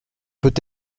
peut